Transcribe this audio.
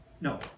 no